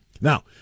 Now